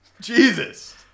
Jesus